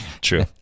True